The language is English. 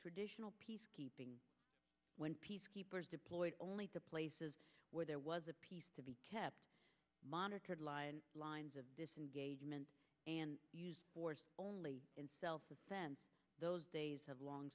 traditional peacekeeping when peacekeepers deployed only to places where there was a peace to be kept monitored lines of disengagement and force only in self defense those days have long